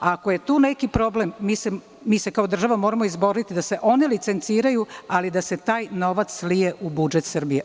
Ako je tu neki problem, mi se kao država moramo izboriti da se one licenciraju, ali da se taj novac slije u budžet Srbije.